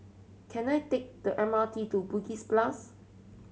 can I take the M R T to Bugis plus